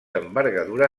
envergadura